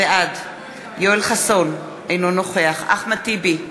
נגד אריה מכלוף דרעי, נגד צחי הנגבי,